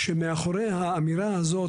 שמאחורי האמירה הזאת,